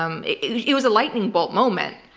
um it was a lightning bolt moment,